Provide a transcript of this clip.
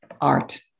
art